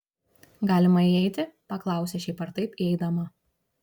galima įeiti paklausė šiaip ar taip įeidama